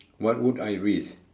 what would I risk